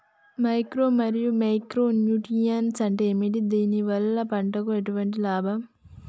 Macro మరియు micro nutrients అంటే ఏమిటి? దీనివల్ల పంటకు ఎటువంటి లాభం?